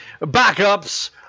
backups